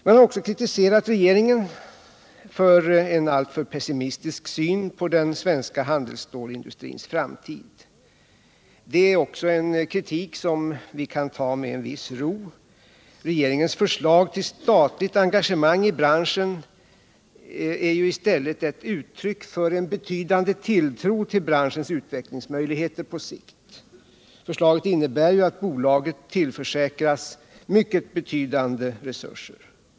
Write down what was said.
Man har också kritiserat regeringen för en alltför pessimistisk syn på den svenska handelsstålsindustrins framtid. Det är en kritik som vi kan ta med viss ro. Regeringens förslag till statligt engagemang i branschen är i stället ett uttryck för betydande tilltro till branschens utvecklingsmöjligheter på sikt. Förslaget innebär att bolaget tillförsäkras mycket betydande resurser.